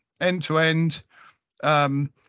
end-to-end